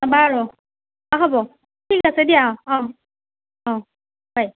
বাৰু হ'ব ঠিক আছে দিয়া অ' অ' হয়